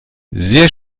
sehr